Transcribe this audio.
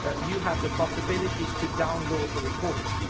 ah you have the possibility to download the reports.